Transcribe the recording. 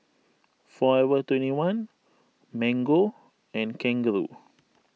forever twenty one Mango and Kangaroo